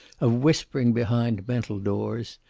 of whispering behind mental doors.